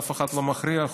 אף אחד לא מכריח אותם.